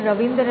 Ravindran Dr